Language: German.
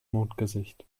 mondgesicht